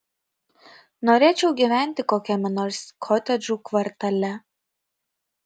norėčiau gyventi kokiame nors kotedžų kvartale